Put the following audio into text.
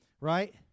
right